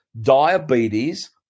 diabetes